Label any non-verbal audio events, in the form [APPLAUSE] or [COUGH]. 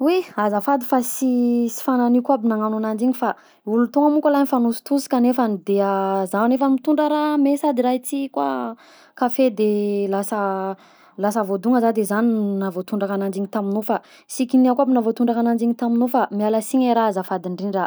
Oy! _x000D_ Azafady fa sy [HESITATION] sy fanahigniako aby nagnano ananjy igny, f olo toagna monko lahy mifanositosika nefa de [HESITATION] zah nefa mitondra raha mey sady raha ty koa kage de lasa lasa voadogna zah de zany no nahavoatondraka ananjy igny taminao, fa sy kinihako aby nahavoatondraka ananjy iny taminao fa miala siny era azafady ndrindra a.